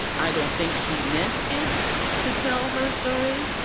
i don't think she meant it to tell her story,